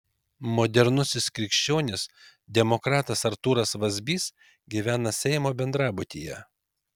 modernusis krikščionis demokratas artūras vazbys gyvena seimo bendrabutyje